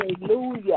hallelujah